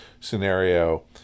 scenario